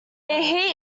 heat